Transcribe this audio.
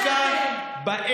חבורת שקרנים, זה מה שאתם.